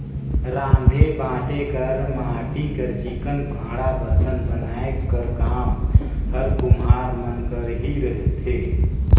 राँधे बांटे कर माटी कर चिक्कन भांड़ा बरतन बनाए कर काम हर कुम्हार मन कर ही रहथे